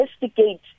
investigate